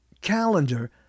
calendar